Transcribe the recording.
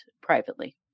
privately